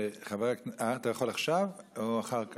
אתה יכול עכשיו או אחר כך?